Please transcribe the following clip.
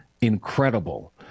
incredible